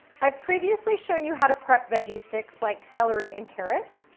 i've previously shown you how to prep veggie sticks, like celery and carrots,